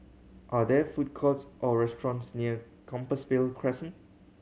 are there food courts or restaurants near Compassvale Crescent